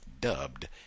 dubbed